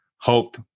hope